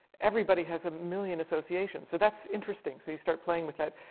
everybody has a million associations. so that's interesting, so you start playing with that.